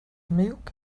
milk